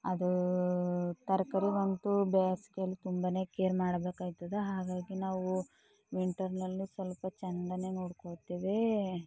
ಅದು ತರಕಾರಿಗಂತೂ ಬ್ಯಾಸ್ಗೆಯಲ್ಲಿ ತುಂಬನೇ ಕೇರ್ ಮಾಡ್ಬೇಕಾಯ್ತದ ಹಾಗಾಗಿ ನಾವು ವಿಂಟರ್ನಲ್ಲಿ ಸ್ವಲ್ಪ ಚೆಂದನೇ ನೋಡ್ಕೊತೀವಿ